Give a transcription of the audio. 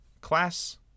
Class